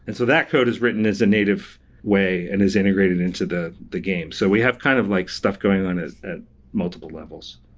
and so that code is written as a native way and is integrated into the the game. so we have kind of like stuff going on at multiple levels.